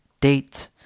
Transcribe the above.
date